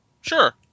Sure